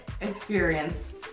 experience